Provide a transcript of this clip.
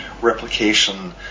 replication